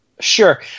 Sure